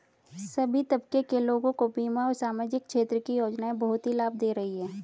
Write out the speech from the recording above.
सभी तबके के लोगों को बीमा और सामाजिक क्षेत्र की योजनाएं बहुत ही लाभ दे रही हैं